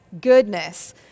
goodness